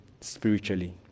spiritually